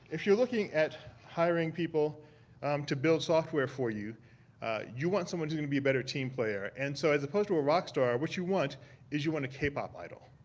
if you're looking at hiring people to build software for you you want someone who's gonna be a better team player and so as opposed to a rock star what you want is you want a k-pop idol.